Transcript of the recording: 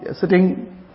sitting